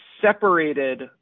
separated